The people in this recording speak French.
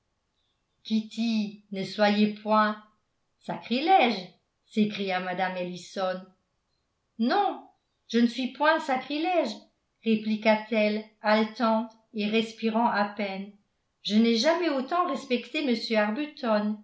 ne soyez point sacrilège s'écria mme ellison non je ne suis point sacrilège répliqua-t-elle haletante et respirant à peine je n'ai jamais autant respecté